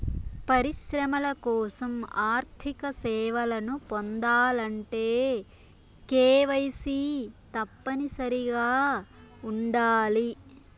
పరిశ్రమల కోసం ఆర్థిక సేవలను పొందాలంటే కేవైసీ తప్పనిసరిగా ఉండాలి